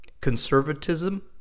conservatism